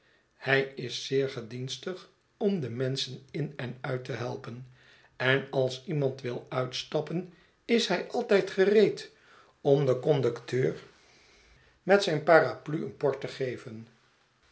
hij is zeer gedienstig om de menschen in en uit te helpen en als iemand wil uitstappen is hij altijd gereed om den conducteur met zijne be omnibus paraplu een por te geven